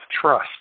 trust